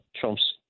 Trump's